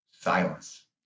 silence